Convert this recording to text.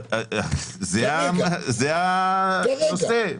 זה הנושא.